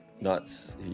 nuts